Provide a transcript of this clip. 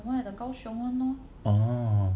orh